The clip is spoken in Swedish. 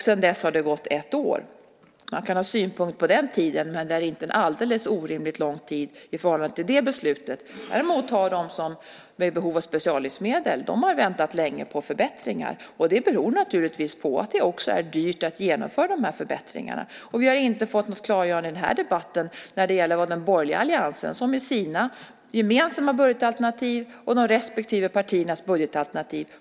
Sedan dess har det gått ett år. Man kan ha synpunkter på tiden, men det är inte en alldeles orimligt lång tid i förhållande till beslutet. Däremot har de som är i behov av speciallivsmedel väntat länge på förbättringar. Det beror naturligtvis på att det är dyrt att genomföra de här förbättringarna. Vi har inte fått något klargörande i den här debatten när det gäller den borgerliga alliansens gemensamma budgetalternativ och respektive partis budgetalternativ.